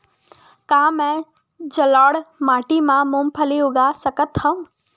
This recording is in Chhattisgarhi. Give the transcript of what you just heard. का मैं जलोढ़ माटी म मूंगफली उगा सकत हंव?